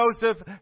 Joseph